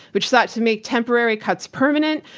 which sought to make temporary cuts permanent,